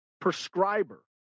prescriber